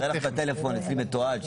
אראה לך בטלפון שלי שהיה מתועד,